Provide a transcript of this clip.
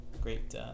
great